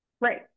Right